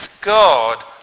God